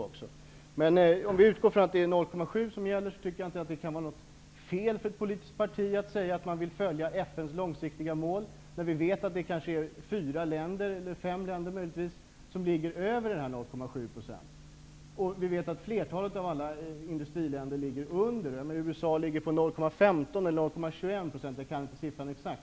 Om vi utgår från att det är 0,7 % som gäller, tycker jag inte att det kan vara något fel för ett politiskt parti att säga att man vill följa FN:s långsiktiga mål, när vi vet att det är fyra eller fem länder som ligger över dessa 0,7 %. Vi vet att flertalet av alla industriländer ligger under dessa 0,7 %. USA ligger på 0,15 % eller 0,21 %-- jag vet inte den exakta siffran.